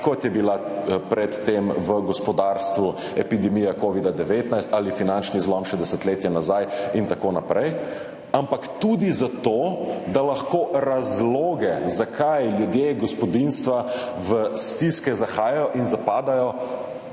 kot je bila pred tem v gospodarstvu epidemija covida-19 ali finančni zlom še desetletje nazaj in tako naprej, ampak tudi zato, da lahko razloge, zakaj ljudje, gospodinjstva v stiske zahajajo in zapadajo,